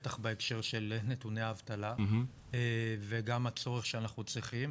בטח בהקשר של נתוני האבטלה וגם הצורך שאנחנו צריכים.